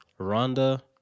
Rhonda